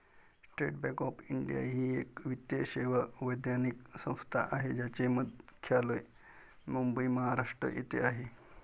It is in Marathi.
स्टेट बँक ऑफ इंडिया ही एक वित्तीय सेवा वैधानिक संस्था आहे ज्याचे मुख्यालय मुंबई, महाराष्ट्र येथे आहे